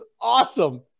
awesome